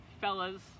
fellas